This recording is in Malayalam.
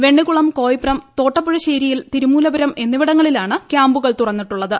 വെണ്ണിക്കുളം കോയിപ്പും തോട്ടപ്പുഴശ്ശേരിയിൽ തിരുമൂലപുരം എന്നിവിടങ്ങളിലാണ് ക്യാമ്പുകൾ തുറന്നിട്ടുള്ളത്